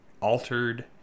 altered